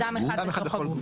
אדם אחד בכל גוף.